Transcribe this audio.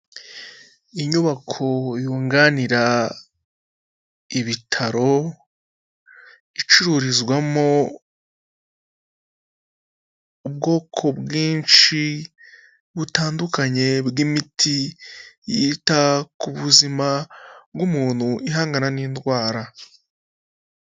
Inyubako yunganira ibitaro, icururizwamo ubwoko bwinshi butandukanye bw'imiti yita ku buzima bw'umuntu ihangana n'indwara.